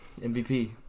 MVP